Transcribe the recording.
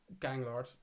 ganglord